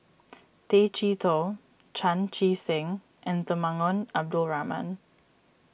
Tay Chee Toh Chan Chee Seng and Temenggong Abdul Rahman